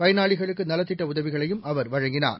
பயனாளிகளுக்குநலத்திட்டஉதவிகளையும் அவர் வழங்கினார்